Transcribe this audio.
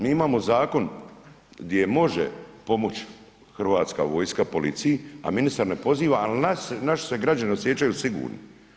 Mi imamo zakon gdje može pomoći Hrvatska vojska policiji, a ministar ne poziva, ali naši se građani ne osjećaju sigurno.